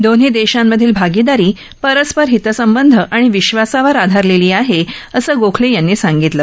दोन्ही देशांमधली भागिदारी परस्पर हितसंबंध आणि विश्वासावर आधारलेली आहे असं गोखले यांनी सांगितलं